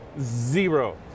zero